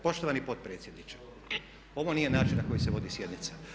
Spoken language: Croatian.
Poštovani potpredsjedniče, ovo nije način na koji se vodi sjednica.